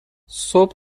صبح